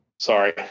Sorry